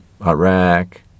Iraq